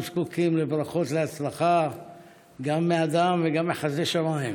כולם זקוקים לברכות להצלחה גם מאדם וגם מחסדי שמיים.